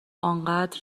انقد